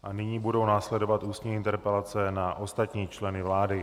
A nyní budou následovat ústní interpelace na ostatní členy vlády.